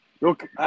Look